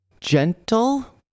gentle